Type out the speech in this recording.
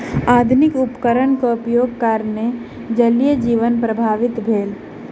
आधुनिक उपकरणक उपयोगक कारणेँ जलीय जीवन प्रभावित भेल